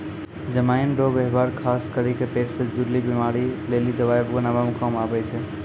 जमाइन रो वेवहार खास करी के पेट से जुड़लो बीमारी लेली दवाइ बनाबै काम मे आबै छै